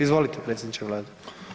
Izvolite, predsjedniče Vlade.